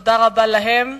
תודה רבה להם.